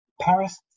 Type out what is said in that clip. Paris